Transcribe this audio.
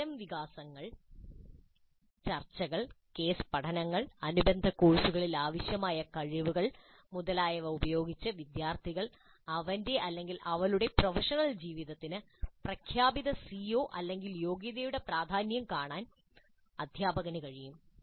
പലതരം സംഭവവികാസങ്ങൾ ചർച്ചകൾ കേസ് പഠനങ്ങൾ അനുബന്ധ കോഴ്സുകളിൽ ആവശ്യമായ കഴിവുകൾ മുതലായവ ഉപയോഗിച്ച് വിദ്യാർത്ഥികൾക്ക് അവന്റെ അല്ലെങ്കിൽ അവളുടെ പ്രൊഫഷണൽ ജീവിതത്തിന് പ്രഖ്യാപിത CO യോഗ്യതയുടെ പ്രാധാന്യം കാണാൻ അധ്യാപകന് കഴിയും